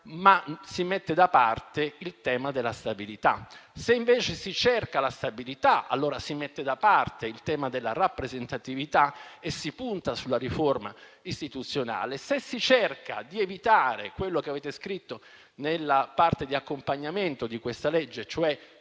ma si mette da parte il tema della stabilità. Se invece si cerca la stabilità, allora si mette da parte il tema della rappresentatività e si punta sulla riforma istituzionale. Se si cerca di evitare quello che avete scritto nella parte di accompagnamento di questo disegno